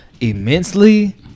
immensely